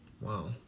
Wow